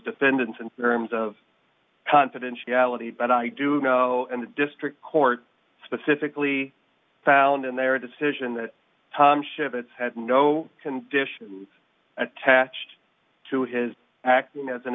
defendants and terms of confidentiality but i do know and the district court specifically found in their decision that shits had no conditions attached to his act as an